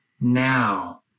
now